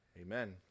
Amen